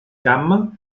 gamma